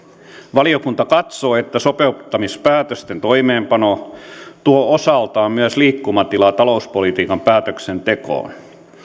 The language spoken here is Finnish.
valiokunta katsoo että sopeuttamispäätösten toimeenpano tuo osaltaan myös liikkumatilaa talouspolitiikan päätöksentekoon